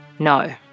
no